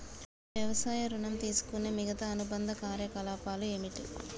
వ్యవసాయ ఋణం తీసుకునే మిగితా అనుబంధ కార్యకలాపాలు ఏమిటి?